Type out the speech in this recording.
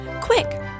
Quick